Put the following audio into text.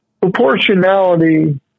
Proportionality